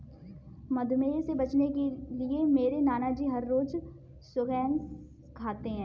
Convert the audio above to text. मधुमेह से बचने के लिए मेरे नानाजी हर रोज स्क्वैश खाते हैं